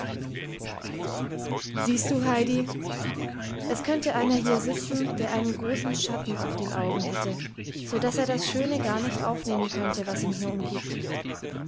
siehst du heidi es könnte einer hier sitzen der einen großen schatten auf den augen hätte so daß er das schöne gar nicht aufnehmen könnte das ihn hier umgibt